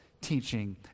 teaching